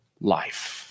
life